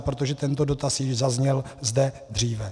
Protože tento dotaz již zazněl zde dříve.